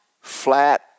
Flat